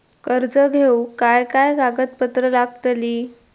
कर्ज घेऊक काय काय कागदपत्र लागतली?